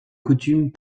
coutumes